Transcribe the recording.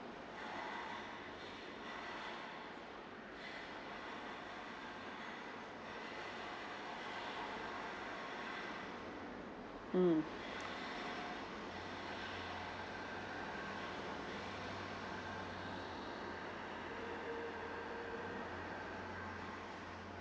mm